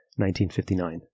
1959